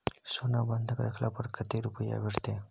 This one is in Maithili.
सोना बंधक रखला पर कत्ते रुपिया भेटतै?